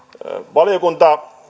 valiokunta